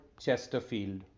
Chesterfield